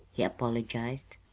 he apologized.